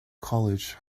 college